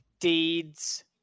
Deeds